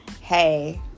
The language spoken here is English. hey